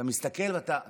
אתה מסתכל ואתה אומר: